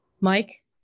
Mike